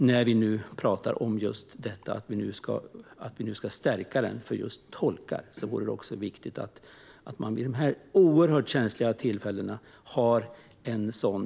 När vi nu talar om att stärka tystnadsplikten för tolkar borde man titta på hur viktigt det också är med en sådan tydlighet vid dessa oerhört känsliga tillfällen.